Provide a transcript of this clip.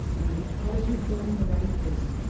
and because you'd done the right thing,